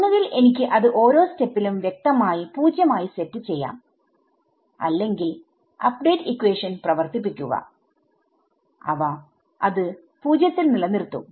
ഒന്നുകിൽ എനിക്ക് അത് ഓരോ സ്റ്റെപ്പിലും വ്യക്തമായി 0 ആയി സെറ്റ് ചെയ്യാം അല്ലെങ്കിൽ അപ്ഡേറ്റ് ഇക്വേഷൻ പ്രവർത്തിപ്പിക്കുക അവ അത് 0 ൽ നിലനിർത്തും